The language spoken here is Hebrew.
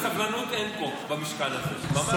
היושב-ראש, סבלנות אין פה במשכן הזה, ממש אין.